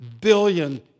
billion